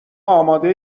آماده